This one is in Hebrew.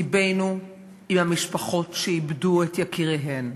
לבנו עם המשפחות שאיבדו את יקיריהן.